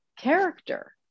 character